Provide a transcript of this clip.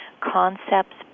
concepts